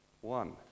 One